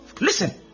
Listen